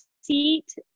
seat